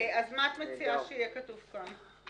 מה את מציעה שיהיה כתוב כאן?